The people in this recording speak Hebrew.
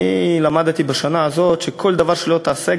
אני למדתי בשנה הזאת שכל דבר שלא תעשה,